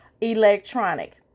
electronic